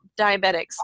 diabetics